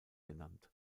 genannt